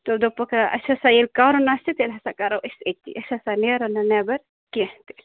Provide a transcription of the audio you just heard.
تہٕ دوٚپکھ ٲں اسہِ ہسا ییٚلہِ کَرُن آسہِ تیٚلہِ ہسا کَرو أسی أتی أسۍ ہسا نیرو نہٕ نیٚبر کیٚنٛہہ تہِ